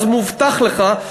כי אז מובטח לך,